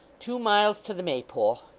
two miles to the maypole!